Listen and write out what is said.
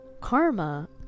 karma